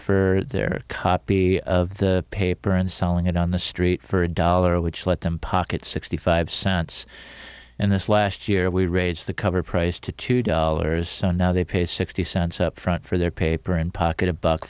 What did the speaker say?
for their copy of the paper and selling it on the street for a dollar which let them pocket sixty five cents and this last year we raised the cover price to two dollars so now they pay sixty cents upfront for their paper and pocket a buck